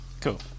Cool